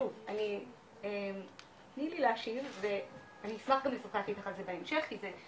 שוב אני תני לי להמשיך ואני אשמח גם לשוחח איתך על זה בהמשך כי זה